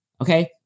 okay